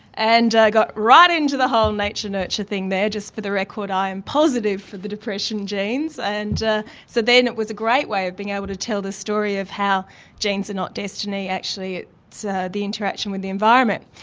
and i got right into the whole nature-nurture thing there, just for the record i am positive for the depression genes. and so then it was a great way of being able to tell the story of how genes are not destiny, actually it's so the interaction with the environment.